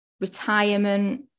retirement